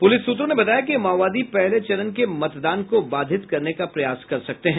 police सूत्रों ने बताया कि माओवादी पहले चरण के मतदान को बाधित करने का प्रयास कर सकते हैं